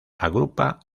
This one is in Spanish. agrupa